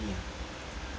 多少钱